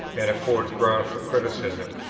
and affords ground for criticism,